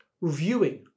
reviewing